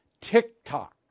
TikTok